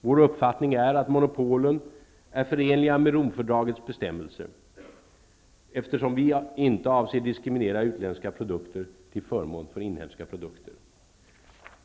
Vår uppfattning är att monopolen är förenliga med Rom-fördragets bestämmelser, eftersom vi inte avser diskriminera utländska produkter till förmån för inhemska produkter.